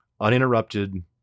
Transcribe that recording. uninterrupted